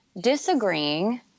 disagreeing